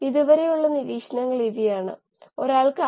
എഞ്ചിനീയറിംഗിലും ഇത് ഉപയോഗിക്കുന്നു